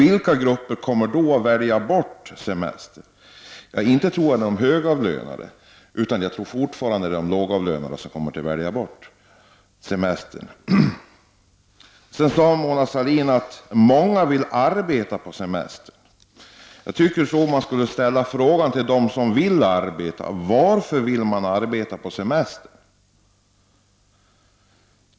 Vilka grupper blir det då som kommer att välja bort semestern? Jag tror inte att det blir de högavlönade, utan jag tror fortfarande att det blir de lågavlönade som kommer att gör det. Mona Sahlin sade att många vill arbeta under semestern. Jag tycker att man borde ställa frågan till dem som vill arbeta under semestern varför de vill göra det.